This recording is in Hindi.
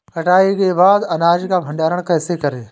कटाई के बाद अनाज का भंडारण कैसे करें?